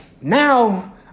now